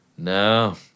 No